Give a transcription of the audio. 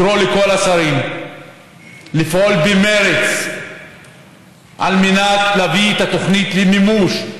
לקרוא לכל השרים לפעול במרץ על מנת להביא את התוכנית למימוש.